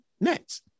next